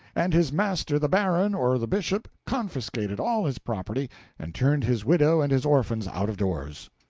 and his master the baron or the bishop confiscated all his property and turned his widow and his orphans out of doors.